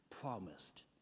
promised